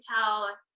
tell